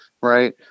Right